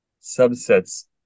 subsets